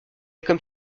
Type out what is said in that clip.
comme